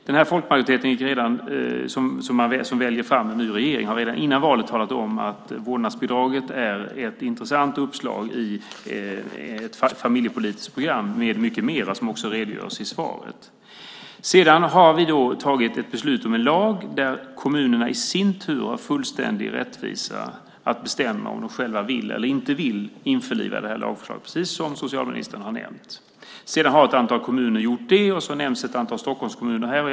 Denna folkmajoritet som valt fram en ny regering talade redan före valet om att vårdnadsbidraget är en intressant uppslag i ett familjepolitiskt program med mycket mer, som också redovisas i svaret. Sedan har vi fattat beslut om en lag. Kommunerna i sin tur har så att säga fullständig rättvisa att bestämma om de vill eller inte vill införliva det här lagförslaget, precis som socialministern har nämnt. Ett antal kommuner har sedan gjort det. Ett antal Stockholmskommuner nämns här.